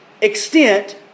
extent